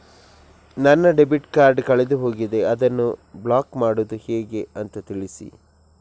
ನನ್ನ debit card ಕಳೆದು ಹೋಗಿದೆ, ಅದನ್ನು ಬ್ಲಾಕ್ ಮಾಡುವುದು ಹೇಗೆ ಅಂತ ತಿಳಿಸಿ?